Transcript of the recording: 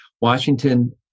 Washington